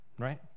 right